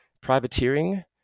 privateering